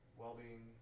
well-being